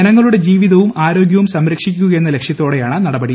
ജനങ്ങളുടെ ജീവിതവും ആരോഗ്യവും സംരക്ഷിക്കുകയെന്ന ലക്ഷ്യത്തോടെയാണ് നടപടി